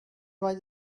was